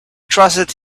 trusted